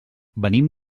venim